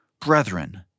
Brethren